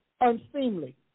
unseemly